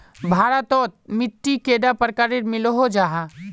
भारत तोत मिट्टी कैडा प्रकारेर मिलोहो जाहा?